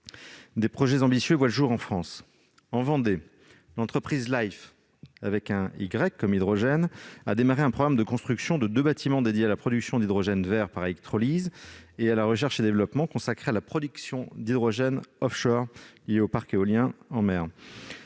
Des projets ambitieux voient le jour en France. En Vendée, l'entreprise Lhyfe, avec « hy » comme dans « hydrogène », a démarré un programme de construction de deux bâtiments dédiés à la production d'hydrogène vert par électrolyse et à la recherche-développement en matière de production d'hydrogène grâce à un parc éolien en mer